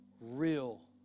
real